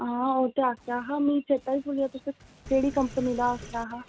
आ ओह् ते आखेआ हा मिगी चेत्ता ही भुल्ली गेआ तुसें केह्ड़ी कंपनी दा आखेआ हा